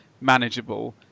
manageable